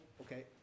okay